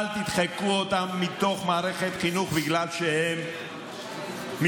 אל תדחקו אותם מתוך מערכת חינוך בגלל שהם מזרחים.